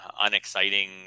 unexciting